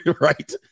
right